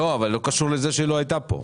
לא, אבל לא קשור לזה שהיא לא הייתה פה.